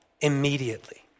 immediately